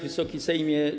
Wysoki Sejmie!